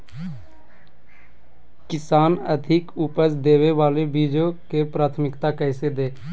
किसान अधिक उपज देवे वाले बीजों के प्राथमिकता कैसे दे?